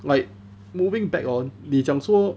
like moving back on 你讲说